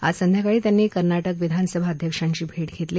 आज संध्याकाळी त्यांनी कर्नाटक विधानसभा अध्यक्षांची भेट घेतली